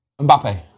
Mbappe